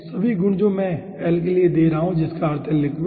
सभी गुण जो मैं l के लिए ले रहा हूँ जिसका अर्थ है लिक्विड